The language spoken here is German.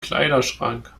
kleiderschrank